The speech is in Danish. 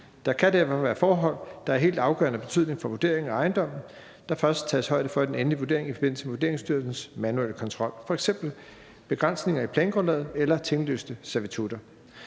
Der kan derfor være forhold, der er af helt afgørende betydning for vurderingen af ejendommen, som der først tages højde for i den endelige vurdering i forbindelse med Vurderingsstyrelsens manuelle kontrol, f.eks. begrænsning af plangrundlaget eller tinglyste servitutter.